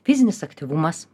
fizinis aktyvumas